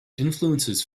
influences